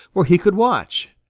where he could watch.